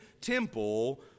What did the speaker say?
temple